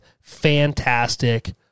fantastic